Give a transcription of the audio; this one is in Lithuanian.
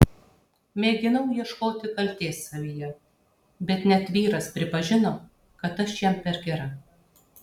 mėginau ieškoti kaltės savyje bet net vyras pripažino kad aš jam per gera